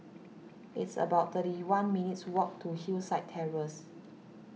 it's about thirty one minutes' walk to Hillside Terrace